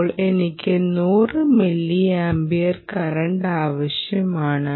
ഇപ്പോൾ എനിക്ക് 100 milliampere current ആവശ്യമാണ്